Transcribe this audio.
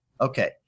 okay